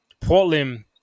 portland